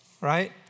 Right